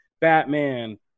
Batman